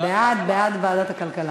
בעד, בעד ועדת הכלכלה.